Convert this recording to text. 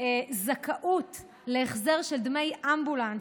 זכאות להחזר של דמי אמבולנס